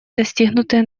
достигнутые